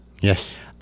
yes